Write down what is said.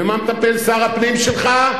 במה מטפל שר הפנים שלך?